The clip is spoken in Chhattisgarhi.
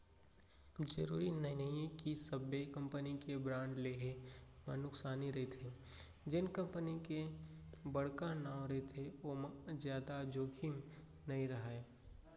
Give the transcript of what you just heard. जरूरी नइये कि सब्बो कंपनी के बांड लेहे म नुकसानी हरेथे, जेन कंपनी के बड़का नांव रहिथे ओमा जादा जोखिम नइ राहय